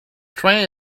train